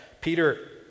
Peter